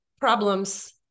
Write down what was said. problems